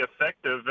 effective